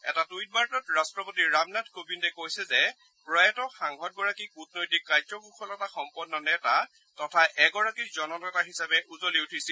এটা টুইট বাৰ্তাত ৰাট্টপতি ৰামনাথ কোবিন্দে কৈছে যে প্ৰয়াত সাংসদ গৰাকী কুটনৈতিক কাৰ্যকুশলতাসম্পন্ন নেতা তথা এগৰাকী জননেতা হিচাপে উজলি উঠিছিল